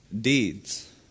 deeds